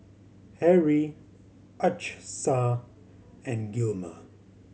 Harrie Achsah and Gilmer